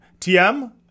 TM